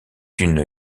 une